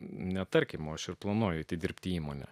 ne tarkim aš ir planuojate dirbti įmonę